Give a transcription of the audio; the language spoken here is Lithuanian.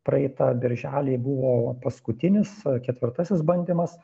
praeitą birželį buvo paskutinis ketvirtasis bandymas